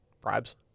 bribes